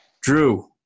Drew